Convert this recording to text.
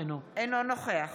אינו נוכח